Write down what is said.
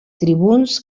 tribuns